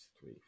three